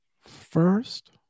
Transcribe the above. first